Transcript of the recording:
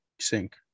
sync